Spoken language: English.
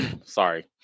Sorry